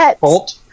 bolt